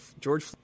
george